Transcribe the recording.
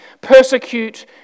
persecute